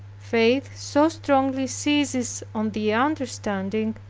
faith so strongly seizes on the understanding,